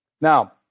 Now